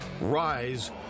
rise